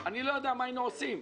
לא יודע מה היינו עושים.